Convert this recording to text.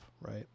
right